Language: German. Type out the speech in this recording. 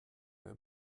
mir